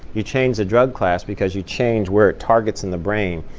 you change the drug class because you change where it targets in the brain.